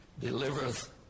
delivereth